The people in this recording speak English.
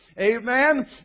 Amen